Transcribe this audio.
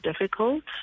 difficult